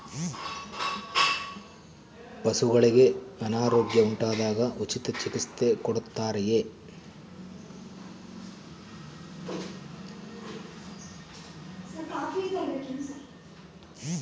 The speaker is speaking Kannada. ಪಶುಗಳಿಗೆ ಅನಾರೋಗ್ಯ ಉಂಟಾದಾಗ ಉಚಿತ ಚಿಕಿತ್ಸೆ ಕೊಡುತ್ತಾರೆಯೇ?